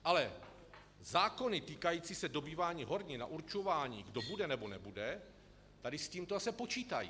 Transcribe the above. Ale zákony týkající se dobývání hornin a určování, kdo bude nebo nebude, tady s tímto zase počítají.